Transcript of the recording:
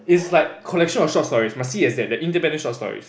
it's like collection of short stories must see as that the independent short stories